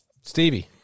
Stevie